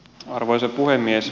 arvoisa puhemies